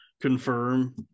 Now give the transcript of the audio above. confirm